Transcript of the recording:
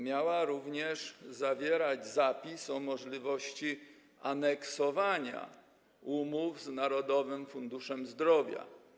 Miała również zawierać zapis o możliwości aneksowania umów z Narodowym Funduszem Zdrowia.